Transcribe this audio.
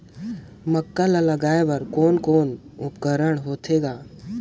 मक्का ला लगाय बर कोने कोने उपकरण होथे ग?